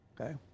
Okay